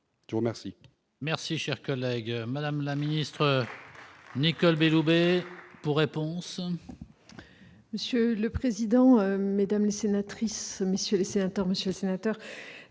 Je vous remercie,